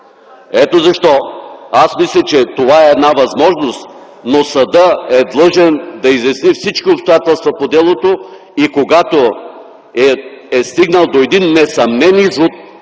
Ето защо аз мисля, че това е една възможност, но съдът е длъжен да изясни всички обстоятелства по делото и когато е стигнал до един несъмнен извод,